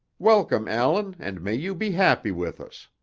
welcome, allan, and may you be happy with us!